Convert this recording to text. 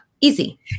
Easy